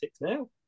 now